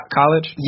college